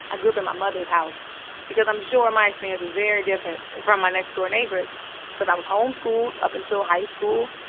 i grew up in my mother's house because i'm sure my experience was very different from my next-door neighbors because i was home-schooled up until high school.